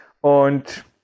und